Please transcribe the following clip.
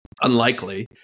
unlikely